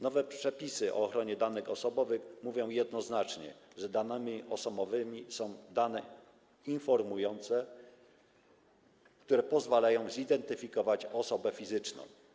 Nowe przepisy o ochronie danych osobowych mówią jednoznacznie, że danymi osobowymi są dane informujące, które pozwalają zidentyfikować osobę fizyczną.